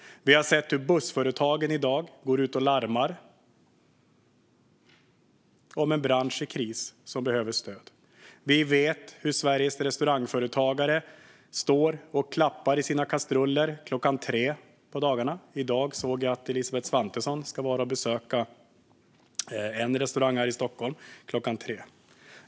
I dag går bussföretagen ut och larmar om en bransch i kris som behöver stöd. Vi vet att Sveriges restaurangföretagare slår på sina kastruller klockan tre på dagarna. I dag ska Elisabeth Svantesson besöka en av dessa restauranger här i Stockholm.